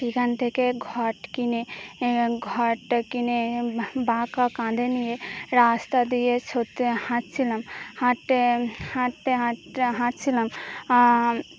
সেখান থেকে ঘট কিনে ঘট কিনে বাঁকা কাঁধে নিয়ে রাস্তা দিয়ে সত্যে হাঁটছিলাম হাঁটতে হাঁটতে হাঁটতে হাঁটছিলাম